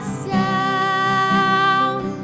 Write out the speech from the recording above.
sound